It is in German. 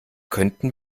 könnten